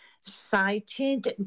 cited